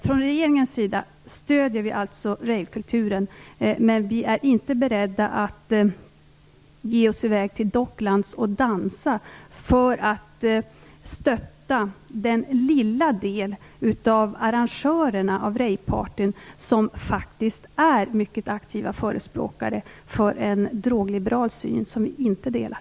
Från regeringens sida stöder vi alltså rave-kulturen, men vi är inte beredda att ge oss iväg till Docklands och dansa för att stötta den lilla del av arrangörerna av ravepartyn som faktiskt är mycket aktiva förespråkare för en drogliberal syn som vi inte delar.